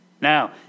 Now